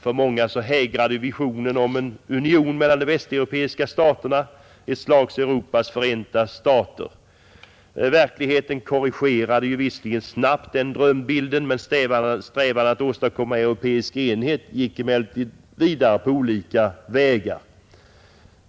För många hägrade visionen av en union mellan de västeuropeiska staterna, ett slags Europas förenta stater. Verkligheten korrigerade visserligen snabbt denna drömbild, men strävandena att åstadkomma europeisk enhet gick vidare på olika vägar.